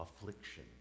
affliction